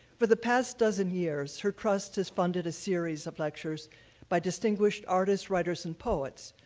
for the past dozen years, her trust has funded a series of lectures by distinguished artists, writers, and poets,